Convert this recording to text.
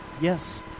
Yes